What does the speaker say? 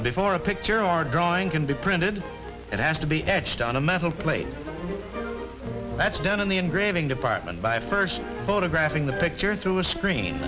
day for a picture or a drawing can be printed it has to be etched on a metal plate that's done in the engraving department by first photographing the picture through a screen